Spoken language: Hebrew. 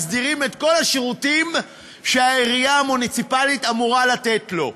מסדירים את כל השירותים שהעירייה המוניציפלית אמורה לתת לו.